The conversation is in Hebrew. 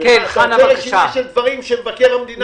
תעשה רשימה של דברים שמבקר המדינה מוותר.